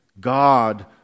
God